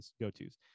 go-tos